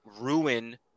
ruin